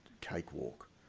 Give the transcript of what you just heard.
cakewalk